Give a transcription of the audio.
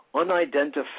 unidentified